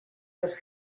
los